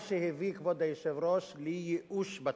מה שהביא, כבוד היושב-ראש, לייאוש בציבור.